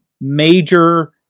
major